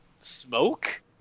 smoke